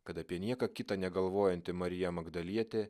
kad apie nieką kitą negalvojanti marija magdalietė